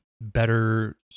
better